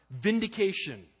vindication